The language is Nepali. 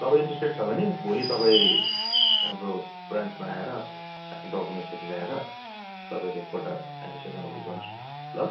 तपाईँ इन्ट्रेस्टेड छ भने भोलि तपाईँ हाम्रो ब्रान्चमा आएर आफ्नो डकुमेन्ट्सहरू ल्याएर तपाईँले एकपल्ट हामीसँग उयो गर्नुहोस् न ल